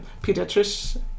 pediatrics